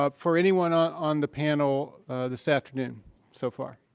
ah for anyone on on the panel this afternoon so far.